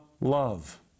love